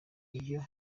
iyo